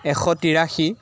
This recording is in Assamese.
এশ তিৰাশী